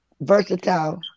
versatile